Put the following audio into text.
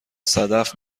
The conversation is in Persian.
صدف